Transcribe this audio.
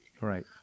right